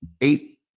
Eight